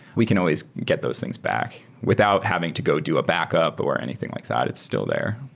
we can always get those things back without having to go do a backup or anything like that. it's still there.